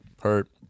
hurt